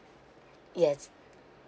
yes